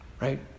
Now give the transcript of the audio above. Right